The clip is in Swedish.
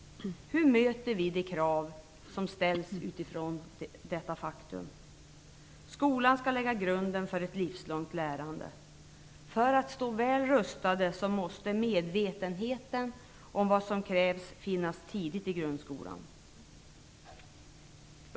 Hur möter vi de krav som ställs utifrån detta faktum? Skolan skall lägga grunden för ett livslångt lärande. För att stå väl rustade måste medvetenheten om vad som krävs finnas tidigt i grundskolan.